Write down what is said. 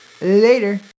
Later